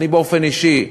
אני באופן אישי,